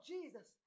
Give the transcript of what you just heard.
Jesus